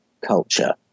culture